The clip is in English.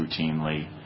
routinely